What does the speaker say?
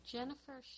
Jennifer